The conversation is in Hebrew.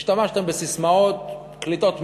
השתמשתם בססמאות קליטות מאוד,